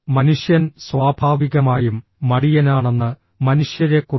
മനുഷ്യൻ സ്വാഭാവികമായും മടിയനാണെന്ന് മനുഷ്യരെക്കുറിച്ച്